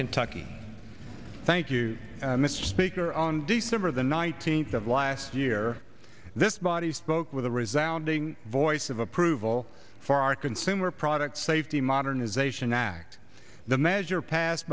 kentucky thank you mr speaker on december the night scenes of last year this body spoke with a resoundingly voice of approval for our consumer product safety modernization act the measure pass